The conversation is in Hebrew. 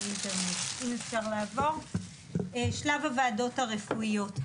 שלב הוועדות הרפואיות.